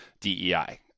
DEI